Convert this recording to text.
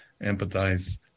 empathize